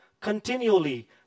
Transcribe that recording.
continually